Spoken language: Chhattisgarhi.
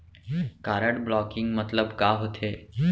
कारड ब्लॉकिंग मतलब का होथे?